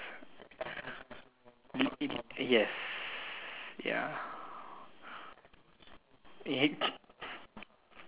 yes